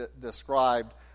described